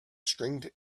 stringed